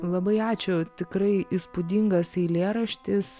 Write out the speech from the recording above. labai ačiū tikrai įspūdingas eilėraštis